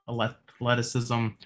athleticism